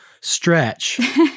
stretch